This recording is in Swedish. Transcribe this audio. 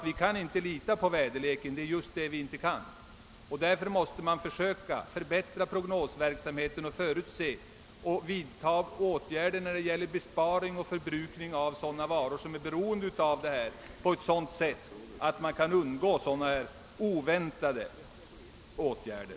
Vi kan ju inte lita på väderleken och måste därför försöka förbättra prognoserna och planeringen samt vidta åtgärder i rätt tid beträffande besparing och förbrukning av varor på detta område, så att vi slipper oväntade ingripanden.